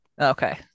Okay